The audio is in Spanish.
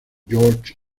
george